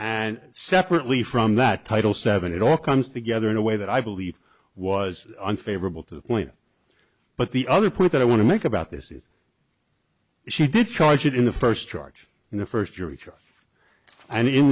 and separately from that title seven it all comes together in a way that i believe was unfavorable to the point but the other point that i want to make about this is she did charge it in the first charge in the first year teacher and in